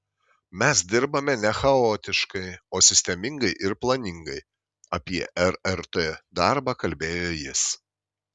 mes dirbame ne chaotiškai o sistemingai ir planingai apie rrt darbą kalbėjo jis